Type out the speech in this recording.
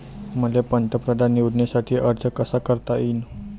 मले पंतप्रधान योजनेसाठी अर्ज कसा कसा करता येईन?